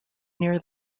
near